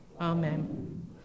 Amen